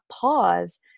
pause